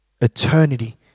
eternity